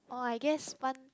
oh I guess one